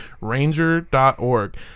Ranger.org